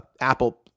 apple